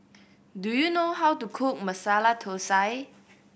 do you know how to cook Masala Thosai